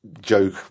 joke